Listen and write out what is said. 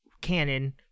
canon